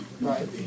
Right